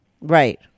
Right